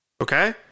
Okay